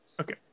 Okay